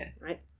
Right